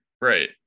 right